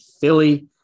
philly